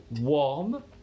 warm